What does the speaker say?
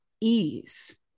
ease